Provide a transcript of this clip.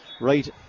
right